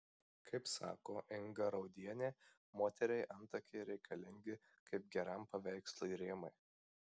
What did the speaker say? kaip sako inga raudienė moteriai antakiai reikalingi kaip geram paveikslui rėmai